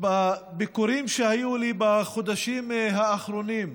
שבביקורים שהיו לי בחודשים האחרונים,